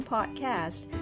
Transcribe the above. Podcast